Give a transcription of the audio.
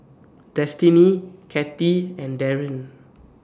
Destiney Cathy and Darryn